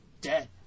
dead